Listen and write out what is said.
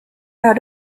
out